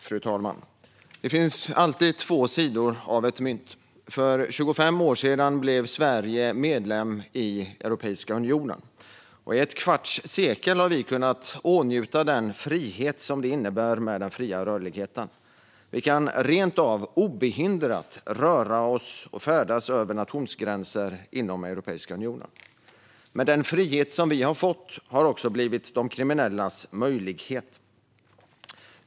Fru talman! Det finns alltid två sidor av ett mynt. För 25 år sedan blev Sverige medlem i Europeiska unionen. I ett kvartssekel har vi kunnat åtnjuta den frihet som den fria rörligheten innebär. Vi kan rentav obehindrat röra oss och färdas över nationsgränser inom Europeiska unionen. Men den frihet som vi har fått har också blivit de kriminellas möjlighet.